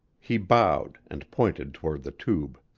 he bowed and pointed toward the tube.